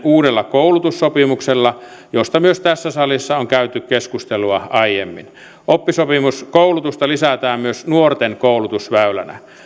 uudella koulutussopimuksella josta myös tässä salissa on käyty keskustelua aiemmin oppisopimuskoulutusta lisätään myös nuorten koulutusväylänä